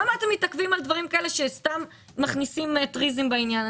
למה אתם מתעכבים על דברים כאלה שסתם מכניסים טריז בעניין?